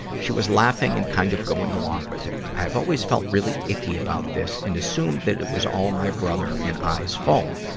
she was laughing and kind of going along with it. i've always felt very icky about this and assumed that it was all my brother and i's fault.